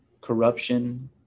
corruption